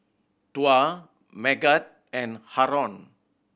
Tuah Megat and Haron